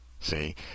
See